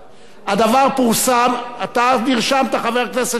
הדבר פורסם, אתה נרשמת, חבר הכנסת שטרית,